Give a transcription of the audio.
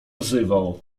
wzywał